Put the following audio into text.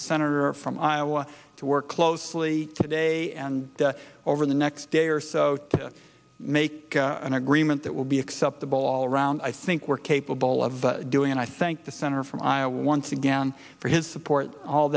the senator from iowa to work closely today and over the next day or so to make an agreement that will be acceptable all around i think we're capable of doing and i thank the senator from iowa once again for his support all